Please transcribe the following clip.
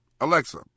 Alexa